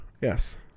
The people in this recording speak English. Yes